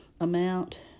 amount